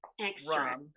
Extra